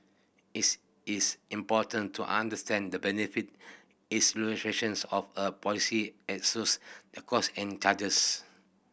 it is important to understand the benefit of a policy as shows the costs and charges